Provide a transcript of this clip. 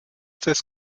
des